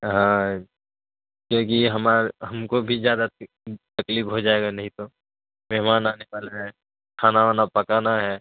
ہاں کیونکہ ہمار ہم کو بھی زیادہ تکلیف ہو جائے گا نہیں تو مہمان آنے والا ہے کھانا وانا پکانا ہے